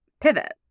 pivot